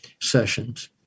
sessions